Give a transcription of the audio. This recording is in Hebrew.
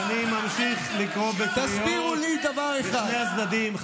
אני ממשיך לקרוא בקריאות לשני הצדדים.